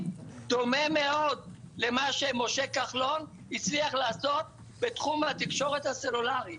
בדומה למה שמשה כחלון הצליח לעשות בתחום הסלולרי.